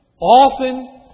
often